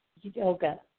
yoga